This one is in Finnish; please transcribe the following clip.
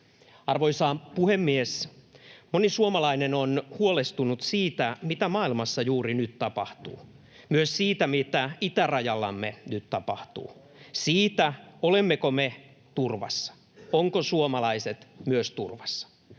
Arvoisa puhemies! Moni suomalainen on huolestunut siitä, mitä maailmassa juuri nyt tapahtuu, myös siitä, mitä itärajallamme nyt tapahtuu, siitä, olemmeko me turvassa, ovatko myös suomalaiset turvassa,